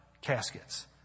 caskets